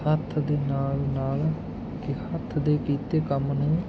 ਹੱਥ ਦੇ ਨਾਲ ਨਾਲ ਅਤੇ ਹੱਥ ਦੇ ਕੀਤੇ ਕੰਮ ਨੂੰ